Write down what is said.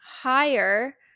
higher